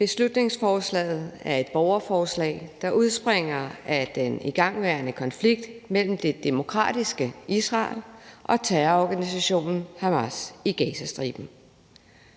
Beslutningsforslaget er et borgerforslag, der udspringer af den igangværende konflikt mellem det demokratiske Israel og terrororganisationen Hamas i Gazastriben.